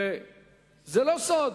וזה לא סוד,